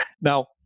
Now